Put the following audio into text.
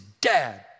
Dad